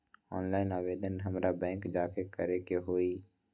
Online आवेदन हमरा bank जाके करे के होई?